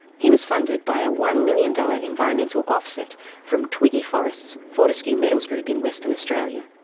he was funded by a one million dollar environmental offset from twiggy forrest's fortescue metals group in western australia.